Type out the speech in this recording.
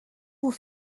vous